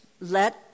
Let